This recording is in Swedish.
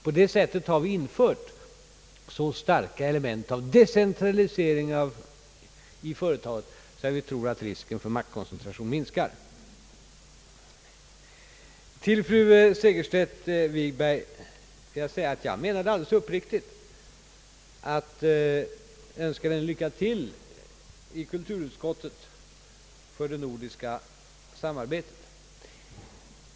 På det sättet har vi infört så starka element för decentraliseringen i företaget att vi tror att risken för maktkoncentration minskar. Till fru Segerstedt Wiberg skall jag säga, att jag alldeles uppriktigt menade vad jag sade när jag önskade henne lycka till i kulturutskottet för det nordiska samarbetet.